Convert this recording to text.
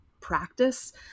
practice